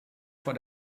vor